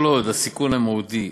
כל עוד הסיכון המהותי,